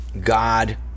God